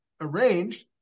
arranged